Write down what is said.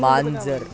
मां जर